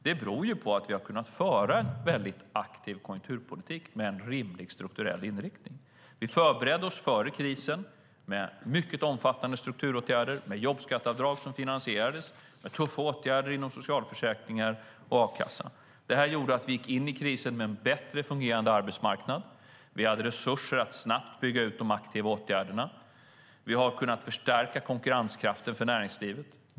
Detta beror på att vi har kunnat föra en väldigt aktiv konjunkturpolitik med en rimlig strukturell inriktning. Vi förberedde oss före krisen med mycket omfattande strukturåtgärder, med jobbskatteavdrag som finansierades och med tuffa åtgärder inom socialförsäkringar och a-kassa. Det gjorde att vi gick in i krisen med en bättre fungerande arbetsmarknad. Vi hade resurser att snabbt bygga ut de aktiva åtgärderna. Vi har kunnat förstärka konkurrenskraften för näringslivet.